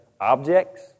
objects